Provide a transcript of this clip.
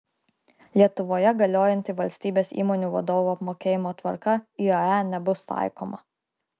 lietuvoje galiojanti valstybės įmonių vadovų apmokėjimo tvarka iae nebus taikoma